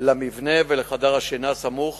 למבנה ולחדר השינה הסמוך